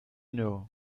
know